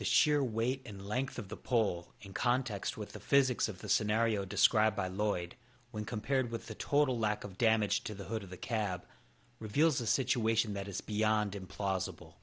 the sheer weight and length of the pole in context with the physics of the scenario described by lloyd when compared with the total lack of damage to the hood of the cab reveals a situation that is beyond implausible